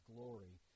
Glory